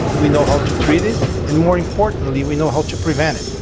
we know how to treat it and more importantly we know how to prevent it.